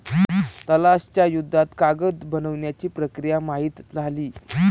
तलाश च्या युद्धात कागद बनवण्याची प्रक्रिया माहित झाली